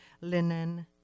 linen